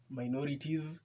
minorities